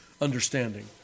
understanding